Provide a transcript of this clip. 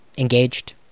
engaged